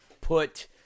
put